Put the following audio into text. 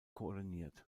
koordiniert